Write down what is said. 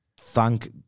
Thank